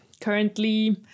currently